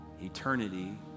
eternity